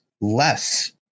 less